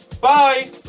Bye